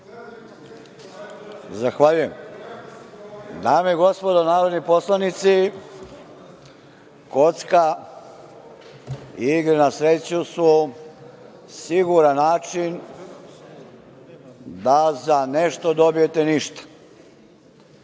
Zahvaljujem. Dame i gospodo narodni poslanici, kocka i igre na sreću su siguran način da za nešto dobijete ništa.